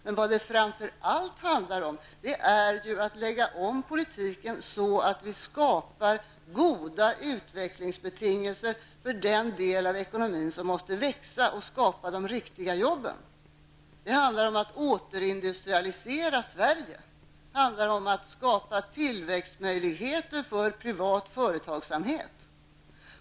Men vad det framför allt handlar om är ju att lägga om politiken så att vi skapar goda utvecklingsbetingelser för den del av ekonomin som måste växa och skapa de riktiga jobben. Det handlar om att återindustrialisera Sverige. Det handlar om att skapa tillväxtmöjligheter för privat företagsamhet.